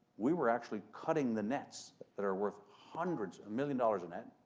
we were actually cutting the nets that are worth hundreds, million dollars a net